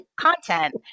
content